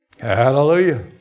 Hallelujah